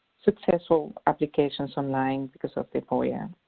successful applications online because of the foia.